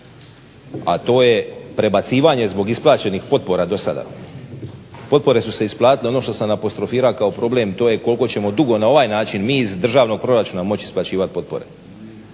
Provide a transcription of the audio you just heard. a to je prebacivanje zbog isplaćenih potpora dosada. Potpore su se isplatile ono što sam apostrofirao kao problem to je koliko ćemo dugo na ovaj način mi iz državnog proračuna moći isplaćivati potpore